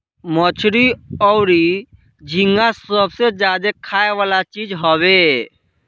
मछली अउरी झींगा सबसे ज्यादा खाए वाला चीज हवे